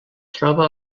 troba